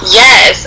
yes